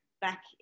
back